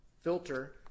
filter